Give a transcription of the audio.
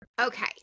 Okay